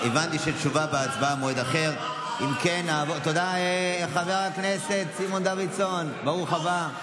אם כן, חבר הכנסת סימון דוידסון, ברוך הבא.